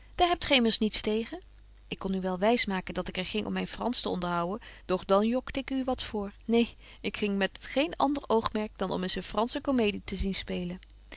daar hebt gy immers niets tegen ik kon u wel wys maken dat ik er ging om myn fransch te onderhouên doch dan jokte ik u wat voor neen ik ging er met geen ander oogmerk dan om eens een fransche comedie te zien spelen